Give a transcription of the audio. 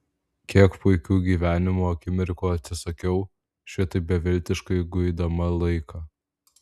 kiek puikių gyvenimo akimirkų atsisakiau šitaip beviltiškai guidama laiką